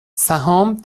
سهام